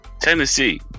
Tennessee